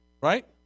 Right